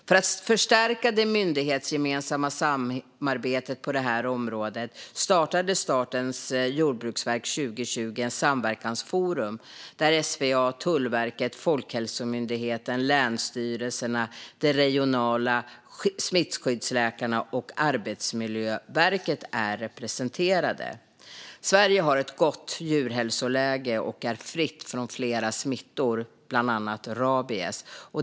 För att förstärka det myndighetsgemensamma samarbetet på det här området startade Statens jordbruksverk 2020 ett samverkansforum där SVA, Tullverket, Folkhälsomyndigheten, länsstyrelserna, de regionala smittskyddsläkarna och Arbetsmiljöverket är representerade. Sverige har ett gott djurhälsoläge och är fritt från flera smittor, bland annat rabies.